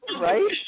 right